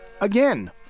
again